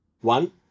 One